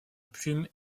plume